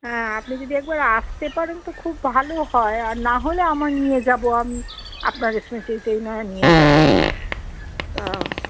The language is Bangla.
হ্যাঁ আপনি যদি একবার আসতে পারেন তো খুব ভালো হয় আর নাহলে আমার নিয়ে যাবো আমি আপনার নয়া নিয়ে যাবো তা